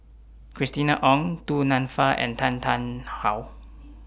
Christina Ong Du Nanfa and Tan Tarn How